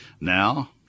Now